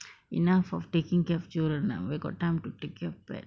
enough of taking care of children ah where got time to to take care of pet